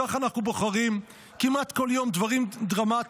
כך אנחנו בוחרים כמעט כל יום דברים דרמטיים,